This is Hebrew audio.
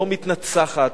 לא תהיה מתנצחת,